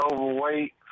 overweight